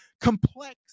complex